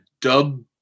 Dub